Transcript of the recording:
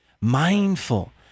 Mindful